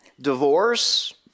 divorce